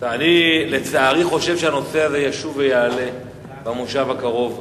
אני חושב שהנושא הזה ישוב ויעלה במושב הקרוב.